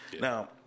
Now